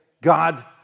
God